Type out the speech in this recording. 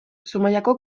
zumaiako